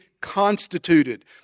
constituted